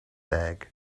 bag